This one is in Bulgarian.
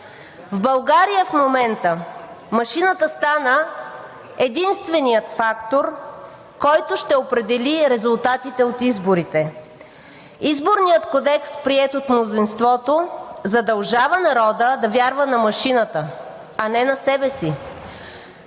В България в момента машината стана единственият фактор, който ще определи резултатите от изборите. Изборният кодекс, приет от мнозинството, задължава народа да вярва на машината, а не на себе си.